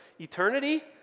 eternity